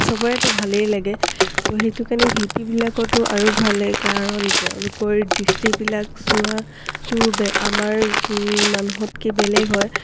চবৰেতো ভালেই লাগে তো সেইটো কাৰণে শিল্পীবিলাকৰতো আৰু ভাল লাগে কাৰণ তেওঁলোকৰ দৃষ্টিবিলাক চোৱাটো আমাৰ মানুহতকৈ বেলেগ হয়